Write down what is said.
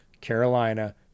Carolina